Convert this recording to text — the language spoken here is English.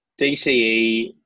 DCE